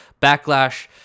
backlash